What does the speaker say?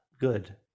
good